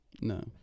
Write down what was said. No